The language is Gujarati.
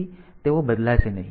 તેથી તેઓ બદલાશે નહીં